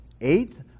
Eighth